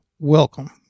Welcome